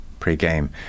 pre-game